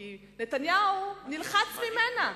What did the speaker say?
כי נתניהו נלחץ ממנה.